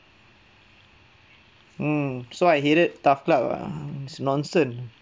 mm so I hated TAF club lah it's nonsense